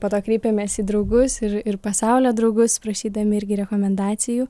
po to kreipėmės į draugus ir ir pasaulio draugus prašydami irgi rekomendacijų